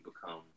become